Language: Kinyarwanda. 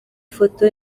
foto